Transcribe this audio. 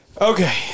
okay